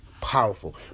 powerful